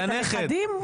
את הנכדים.